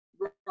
Right